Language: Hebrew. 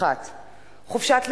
1. חופשת לידה,